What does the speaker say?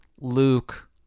Luke